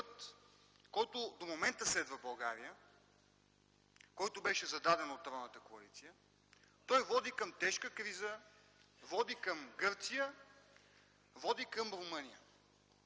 който до момента следва България, беше зададен от Тройната коалиция, води към тежка криза, води към Гърция, води към Румъния.